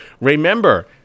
Remember